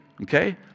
Okay